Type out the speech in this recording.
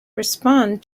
respond